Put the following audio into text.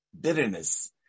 bitterness